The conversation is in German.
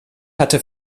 hatte